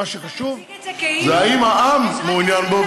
מה שחשוב זה אם העם מעוניין בו,